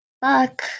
back